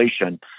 inflation